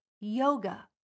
yoga